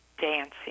dancing